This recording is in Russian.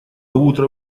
утро